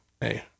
hey